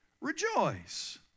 rejoice